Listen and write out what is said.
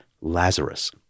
Lazarus